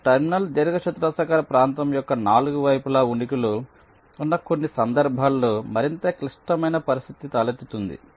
ఈ టెర్మినల్ దీర్ఘచతురస్రాకార ప్రాంతం యొక్క 4 వైపులా ఉనికిలో ఉన్న కొన్ని సందర్భాల్లో మరింత క్లిష్టమైన పరిస్థితి తలెత్తుతుంది